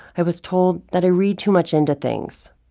i was told that i read too much into things.